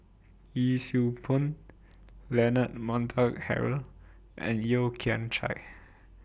Yee Siew Pun Leonard Montague Harrod and Yeo Kian Chai